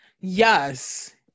Yes